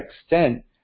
extent